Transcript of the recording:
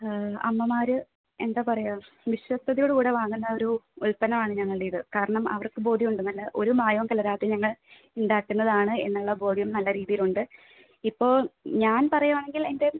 അമ്മമാർ എന്താണ് പറയുക വിശ്വസ്തതയോട് കൂടെ വാങ്ങുന്ന ഒരു ഉൽപ്പന്നമാണ് ഞങ്ങളുടേത് കാരണം അവർക്ക് ബോധ്യമുണ്ട് നല്ല ഒരു മായവും കലരാതെ ഞങ്ങൾ ഉണ്ടാക്കുന്നതാണ് എന്നുള്ള ബോധ്യം നല്ല രീതിയിലുണ്ട് ഇപ്പോൾ ഞാൻ പറയുവാണെങ്കിൽ എൻ്റെ